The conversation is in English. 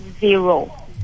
zero